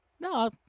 No